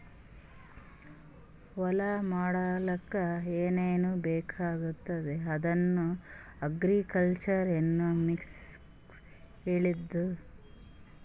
ಹೊಲಾ ಮಾಡ್ಲಾಕ್ ಏನೇನ್ ಬೇಕಾಗ್ತದ ಅದನ್ನ ಅಗ್ರಿಕಲ್ಚರಲ್ ಎಕನಾಮಿಕ್ಸ್ ಹೆಳ್ತುದ್